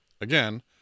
Again